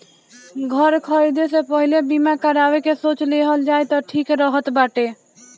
घर खरीदे से पहिले बीमा करावे के सोच लेहल जाए तअ ठीक रहत बाटे